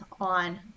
on